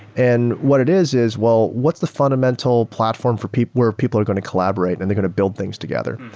and what it is is well what's the fundamental platform for people where people are going to collaborate and they're going to build things together?